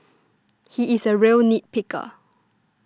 he is a real nit picker